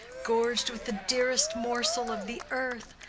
gorg'd with the dearest morsel of the earth,